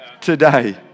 today